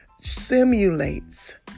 simulates